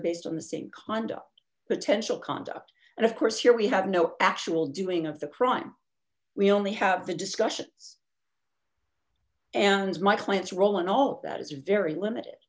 are based on the same conduct potential conduct and of course here we have no actual doing of the crime we only have the discussions and my clients role and all that is very limited